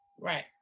Right